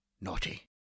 Naughty